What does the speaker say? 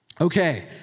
Okay